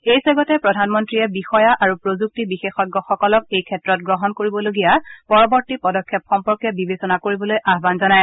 এই চেগতে প্ৰধানমন্ত্ৰীয়ে বিষয়া আৰু প্ৰযুক্তি বিশেষজ্ঞসকলক এই ক্ষেত্ৰত গ্ৰহণ কৰিবলগীয়া পৰৱৰ্ত্তী পদক্ষেপ সম্পৰ্কে বিবেচনা কৰিবলৈ আহান জনায়